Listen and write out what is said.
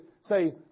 say